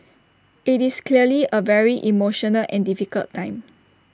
IT is clearly A very emotional and difficult time